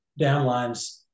downlines